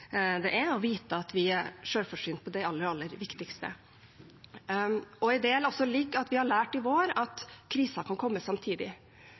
det er, og vite at vi er selvforsynt med det aller, aller viktigste. I det ligger også at vi har lært i vår at kriser kan komme samtidig.